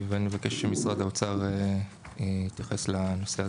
אני מבקש שמשרד האוצר יתייחס לנושא הזה.